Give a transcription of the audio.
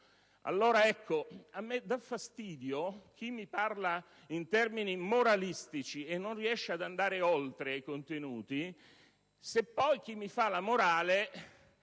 Allora ecco, a me dà fastidio che chi parla in termini moralistici e non riesce ad andare oltre, ai contenuti, poi ci fa la morale